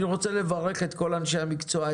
אני רוצה לברך את כל אנשי המקצוע,